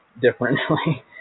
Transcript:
differently